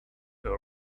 her